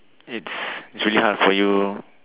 it's it's really hard for you